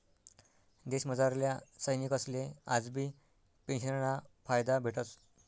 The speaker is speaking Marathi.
देशमझारल्या सैनिकसले आजबी पेंशनना फायदा भेटस